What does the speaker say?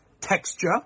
texture